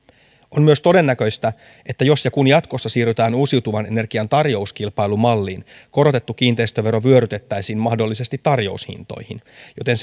on myös todennäköistä että jos ja kun jatkossa siirrytään uusiutuvan energian tarjouskilpailumalliin korotettu kiinteistövero vyörytettäisiin mahdollisesti tarjoushintoihin joten